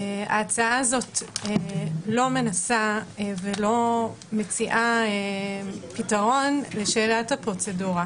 ההצעה הזאת לא מנסה ולא מציעה פתרון לשאלת הפרוצדורה.